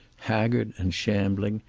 haggard and shambling,